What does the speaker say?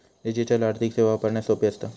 digital आर्थिक सेवा वापरण्यास सोपी असता